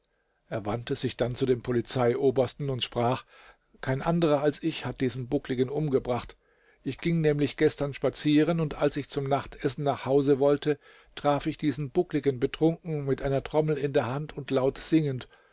er wandte sich dann zu dem polizeiobersten und sprach kein anderer als ich hat diesen buckligen umgebracht ich ging nämlich gestern spazieren der widerspruch mit dem anfang der erzählung lastet nicht auf dem übersetzer und als ich zum nachtessen nach hause wollte traf ich diesen buckligen betrunken mit einer trommel in der hand und laut singend